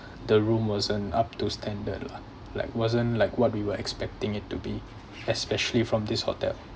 the room wasn't up to standard like wasn't like what we were expecting it to be especially from this hotel